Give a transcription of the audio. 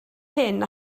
hyn